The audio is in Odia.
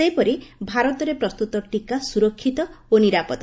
ସେହିପରି ଭାରତରେ ପ୍ରସ୍ତତ ଟିକା ସୁରକ୍ଷିତ ଓ ନିରାପଦ